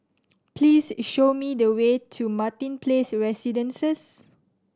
please show me the way to Martin Place Residences